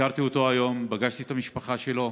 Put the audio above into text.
ביקרתי אותו היום, פגשתי את המשפחה שלו,